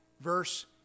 verse